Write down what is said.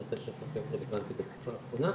זה נושא שרלוונטי בתקופה האחרונה.